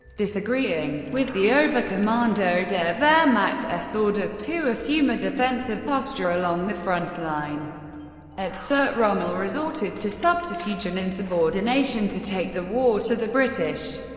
disagreeing with the oberkommando der wehrmacht s orders to assume a defensive posture along the front line at sirte, rommel resorted to subterfuge and insubordination to take the war to the british.